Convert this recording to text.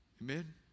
Amen